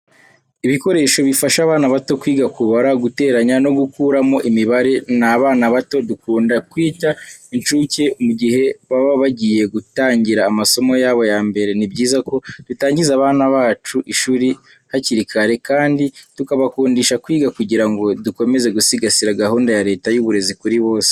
Ibikoresho bifasha abana bato kwiga kubara, guteranya no gukuramo imibare. Ni abana bato dukunda kwita incuke mu gihe baba bagiye gutangira amasomo yabo ya mbere. Ni byiza ko dutangiza abana bacu ishuri hakiri kare kandi tukabakundisha kwiga kugira ngo dukomeze gusigasira gahunda ya Leta y'uburezi kuri bose.